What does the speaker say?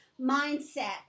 mindset